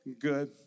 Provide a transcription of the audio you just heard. good